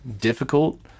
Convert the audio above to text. difficult